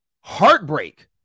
Heartbreak